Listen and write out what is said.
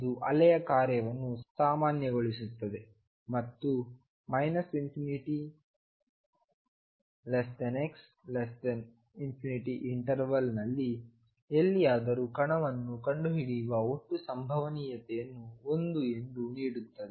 ಇದು ಅಲೆಯ ಕಾರ್ಯವನ್ನು ಸಾಮಾನ್ಯಗೊಳಿಸುತ್ತದೆ ಮತ್ತು ∞x∞ ಇಂಟರ್ವಲ್ ನಲ್ಲಿ ಎಲ್ಲಿಯಾದರೂ ಕಣವನ್ನು ಕಂಡುಹಿಡಿಯುವ ಒಟ್ಟು ಸಂಭವನೀಯತೆಯನ್ನು 1 ಎಂದು ನೀಡುತ್ತದೆ